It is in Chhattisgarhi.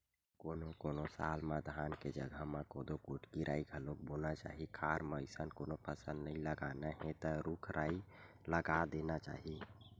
कोनो कोनो साल म धान के जघा म कोदो, कुटकी, राई घलोक बोना चाही खार म अइसन कोनो फसल नइ लगाना हे त रूख राई लगा देना चाही